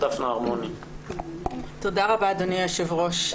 תודה רבה אדוני היושב-ראש.